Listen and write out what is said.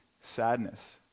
sadness